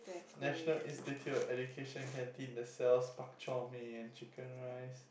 National Institute of Education canteen that sells bak-chor-mee and chicken rice